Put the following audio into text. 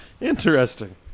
Interesting